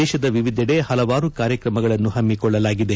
ದೇಶದ ವಿವಿಧೆಡೆ ಹಲವಾರು ಕಾರ್ಯಕ್ರಮಗಳನ್ನು ಹಮ್ಮಿಕೊಳ್ಳಲಾಗಿದೆ